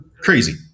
crazy